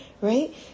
Right